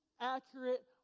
accurate